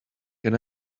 can